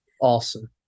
Awesome